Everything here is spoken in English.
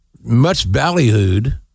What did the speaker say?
much-ballyhooed